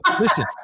Listen